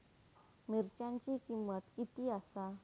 मिरच्यांची किंमत किती आसा?